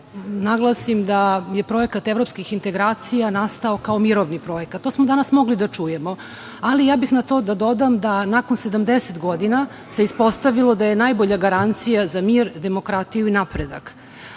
naglasila bih da je projekat evropskih integracija nastao kao mirovni projekat. To smo danas mogli da čujemo, ali na to bih da dodam da se nakon 70 godina ispostavilo da je najbolja garancija za mir, demokratiju i napredak,